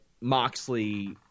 Moxley